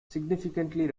significantly